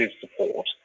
support